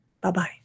Bye-bye